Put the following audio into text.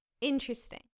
Interesting